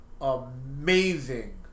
amazing